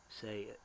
say